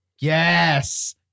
Yes